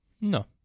No